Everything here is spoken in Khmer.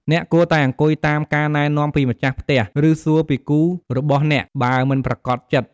អ្នកគួរតែអង្គុយតាមការណែនាំពីម្ចាស់ផ្ទះ ឬសួរពីគូររបស់អ្នកបើមិនប្រាកដចិត្ត។